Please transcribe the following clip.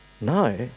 No